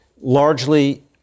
largely